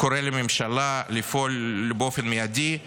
קורא לממשלה לפעול באופן מיידי בנושא.